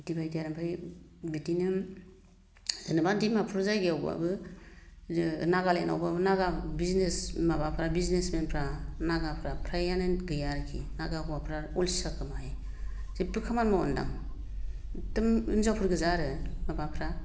इदिबायदि आरो ओमफ्राय बिदिनो जेन'बा डिमापुर जायगायावब्लाबो नागालेण्ड आवब्लाबो नागा बिजनेस माबाफ्रा बिजनेसमेनफ्रा नागाफ्रा फ्राय आनो गैया आरखि नागा हौवाफ्रा अलसियाखोमाहाय जेबबो खामानि मावान्दां एगदम हिनजावफोर गोजा आरो माबाफ्रा